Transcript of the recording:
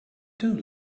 don’t